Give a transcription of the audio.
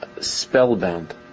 spellbound